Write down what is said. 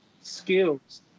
skills